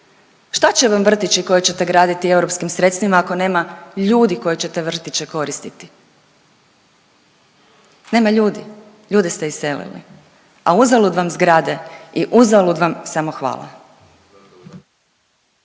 Šta će vam vrtići koje ćete graditi europskim sredstvima ako nema ljudi koji će te vrtiće koristiti? Nema ljudi, ljude ste iselili, a uzalud vam zgrade i uzalud vam samohvala.